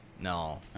No